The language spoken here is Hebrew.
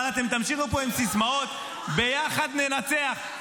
אבל אתם תמשיכו פה עם סיסמאות "ביחד ננצח".